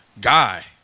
Guy